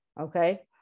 Okay